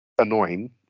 Annoying